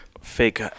fake